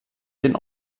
den